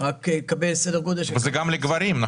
מן הסתם זה גם לגברים.